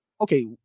okay